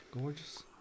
Gorgeous